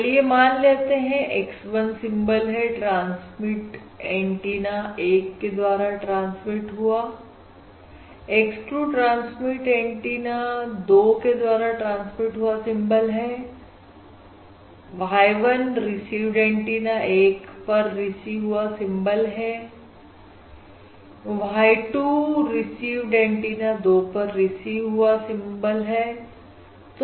चलिए मान लेते हैं x 1 सिंबल है ट्रांसमिट एंटीना 1 के द्वारा ट्रांसमिट हुआ सिंबल है x 2 ट्रांसमिट एंटीना 2 के द्वारा ट्रांसमिट हुआ सिंबल है y1 रिसीवड एंटीना 1 पर रिसीव हुआ सिंबल है y 2 रिसीवड एंटीना 2 पर रिसीव हुआ सिंबल है